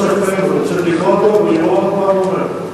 צריך לקרוא אותו ולראות מה הוא אומר.